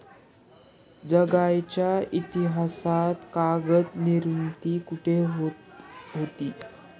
जगाच्या इतिहासात कागद निर्मिती कुठे होत होती?